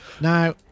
Now